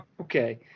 okay